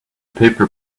paper